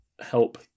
help